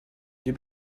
deux